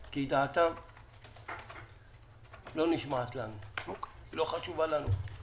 כי דעתם לא נשמעת לנו, לא חשובה לנו.